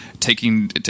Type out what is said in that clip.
taking